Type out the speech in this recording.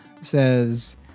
says